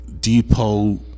depot